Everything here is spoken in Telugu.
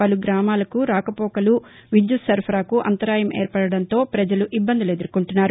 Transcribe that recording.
పలు గ్రామాలకు రాకపోకలకు విద్యుత్ సరఫరాకు అంతరాయం ఏర్పడడంతో ప్రజలు ఇబ్బందులు ఎదుర్గొంటున్నారు